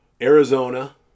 Arizona